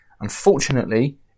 Unfortunately